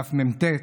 דף מ"ט,